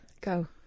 Go